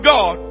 God